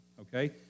Okay